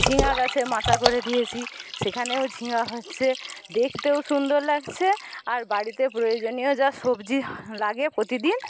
ঝিঙ্গা গাছে মাচা করে দিয়েছি সেখানেও ঝিঙ্গা হচ্ছে দেখতেও সুন্দর লাগছে আর বাড়িতে প্রয়োজনীয় যা সবজি লাগে প্রতিদিন